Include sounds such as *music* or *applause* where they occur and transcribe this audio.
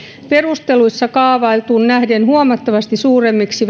perusteluissa kaavailtuun nähden huomattavasti suuremmiksi *unintelligible*